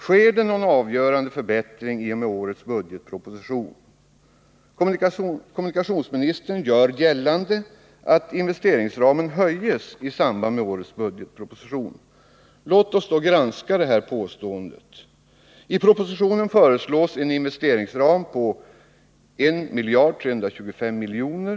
Sker det någon avgörande förbättring i och med årets budgetproposition? Kommunikationsministern gör gällande att investeringsramen höjs i samband med årets budgetproposition. Låt oss granska detta påstående. I propositionen föreslås en investeringsram på 1 325 miljoner.